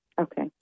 Okay